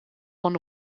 von